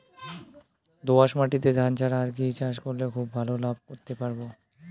দোয়াস মাটিতে ধান ছাড়া আর কি চাষ করলে খুব ভাল লাভ করতে পারব?